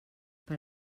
per